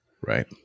Right